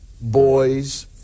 boys